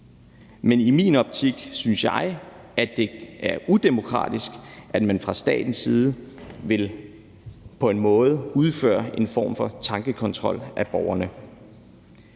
Men i min optik er det udemokratisk, at man fra statens side vil udføre en form for tankekontrol af borgerne.